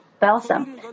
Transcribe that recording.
balsam